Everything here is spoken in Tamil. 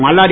மல்லாடி